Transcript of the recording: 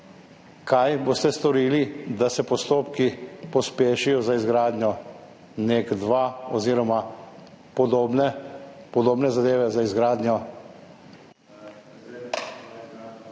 Kaj boste storili, da se pospešijo postopki za izgradnjo NEK2, oziroma podobne zadeve za izgradnjo